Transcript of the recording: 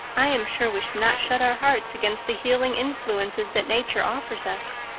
i am sure we should not shut our hearts against the healing influences that nature offers us.